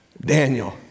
Daniel